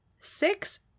Six